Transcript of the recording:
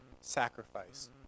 sacrifice